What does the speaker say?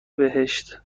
بهشت